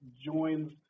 joins